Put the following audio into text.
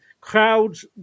Crowds